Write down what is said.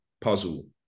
puzzle